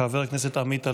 חבר הכנסת עמית הלוי,